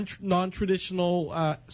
non-traditional